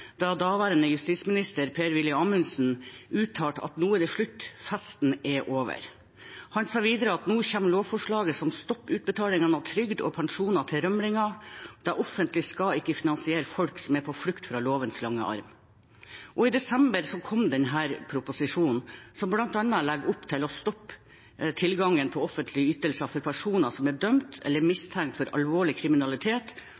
da daværende justisminister, Per-Willy Amundsen uttalte at nå er det slutt, festen er over. Han sa videre at nå kommer lovforslaget som stopper utbetalingene av trygd og pensjoner til rømlinger, og at det offentlige ikke skal finansiere folk som er på flukt fra lovens lange arm. Og i desember kom denne proposisjonen, som bl.a. legger opp til å stoppe tilgangen på offentlige ytelser for personer som er dømt eller